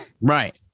Right